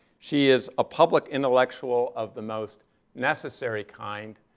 she is a public intellectual of the most necessary kind,